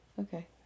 Okay